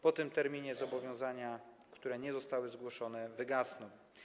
Po tym terminie zobowiązania, które nie zostały zgłoszone, wygasną.